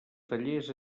tallers